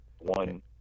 one